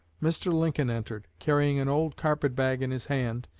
mr. lincoln entered, carrying an old carpet-bag in his hand,